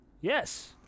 Yes